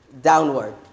downward